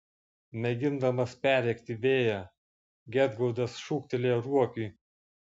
mėgindamas perrėkti vėją gedgaudas šūktelėjo ruokiui